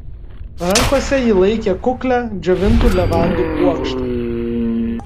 rankose ji laikė kuklią džiovintų levandų puokštę